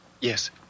Yes